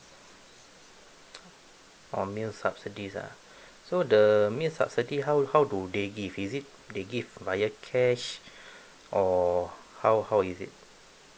um male subsidies ah so the meal subsidy how how do they give is it they give via cash or how how is it